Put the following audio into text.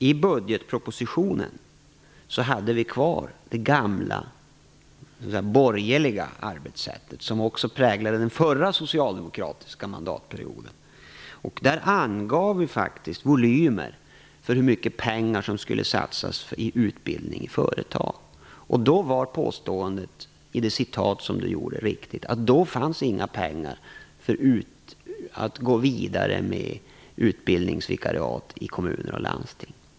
I budgetpropositionen hade vi kvar det gamla, borgerliga arbetssättet, som också präglade den förra socialdemokratiska mandatperioden. Där angav vi faktiskt volymer för hur mycket pengar som skulle satsas på utbildning i företag. Då var påståendet i det stycke som Dan Ericsson läste upp riktigt. Då fanns inga pengar för att gå vidare med utbildningsvikariat i kommuner och landsting.